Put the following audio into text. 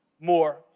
more